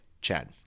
Chad